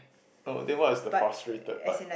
oh then what is the frustrated part